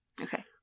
Okay